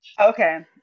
okay